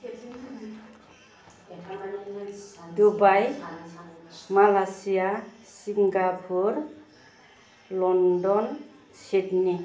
Dubai Malaysia Singapore London Sydney